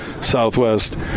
Southwest